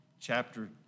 chapter